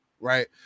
Right